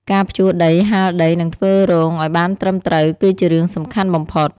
ការភ្ជួរដី ហាលដី និងធ្វើរងឱ្យបានត្រឹមត្រូវគឺជារឿងសំខាន់បំផុត។